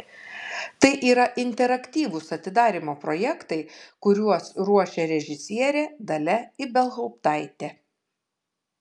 tai yra interaktyvūs atidarymo projektai kuriuos ruošia režisierė dalia ibelhauptaitė